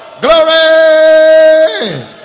glory